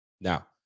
Now